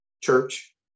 church